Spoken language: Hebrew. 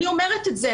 אני אומרת את זה.